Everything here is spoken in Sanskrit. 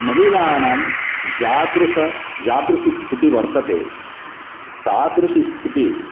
महिलानां यादृशि स्थितिः वर्तते तादृशि स्थितिः